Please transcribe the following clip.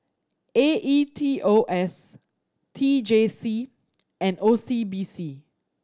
A E T O S T J C and O C B C